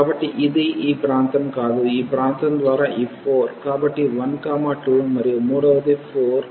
కాబట్టి ఇది ఈ ప్రాంతం కాదు ఈ ప్రాంతం ద్వారా ఈ 4 కాబట్టి 1 2 మరియు మూడవది మరియు 4